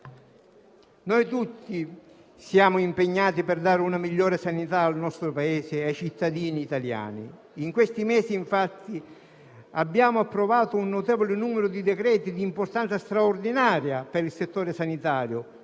Noi tutti siamo impegnati per dare una migliore sanità al nostro Paese e ai cittadini italiani. In questi mesi infatti abbiamo approvato un notevole numero di decreti di importanza straordinaria per il settore sanitario,